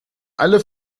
alle